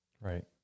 Right